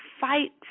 fight